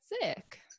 sick